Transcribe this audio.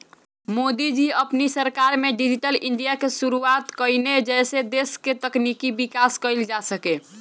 मोदी जी अपनी सरकार में डिजिटल इंडिया के शुरुआत कईने जेसे देस के तकनीकी विकास कईल जा सके